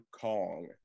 kong